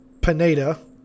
Pineda